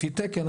לפי תקן.